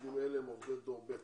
עובדים אלה הם עובדי דור ב',